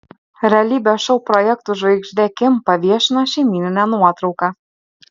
realybės šou projektų žvaigždė kim paviešino šeimyninę nuotrauką